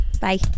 Bye